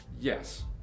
yes